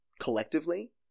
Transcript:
collectively